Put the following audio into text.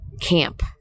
camp